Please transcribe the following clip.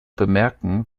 bemerken